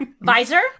Visor